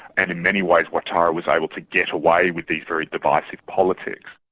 and in many ways ouattara was able to get away with these very divisive politics.